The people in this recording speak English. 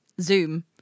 Zoom